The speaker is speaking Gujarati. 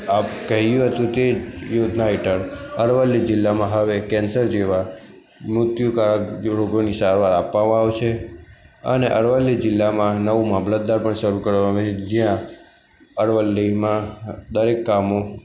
આપ કહ્યું હતું કે યુથના હેઠળ અરવલ્લી જિલ્લામાં હવે કૅન્સર જેવા મૃત્યુકારક રોગોની સારવાર આપવામાં આવશે અને અરવલ્લી જિલ્લામાં નવું મામલતદાર પણ શરુ કરવાનું જ્યાં અરવલ્લીમાં દરેક કામો